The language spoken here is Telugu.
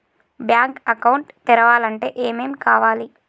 బ్యాంక్ అకౌంట్ తెరవాలంటే ఏమేం కావాలి?